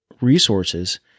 resources –